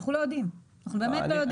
אנחנו לא יודעים, אנחנו באמת לא יודעים.